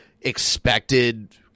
expected